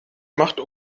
macht